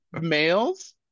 males